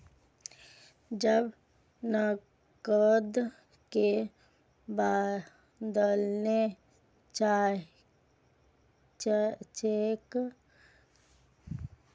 जब नकद के बदले चेक द्वारा भुगतान किया जाता हैं उसे क्या कहते है?